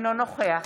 אינו נוכח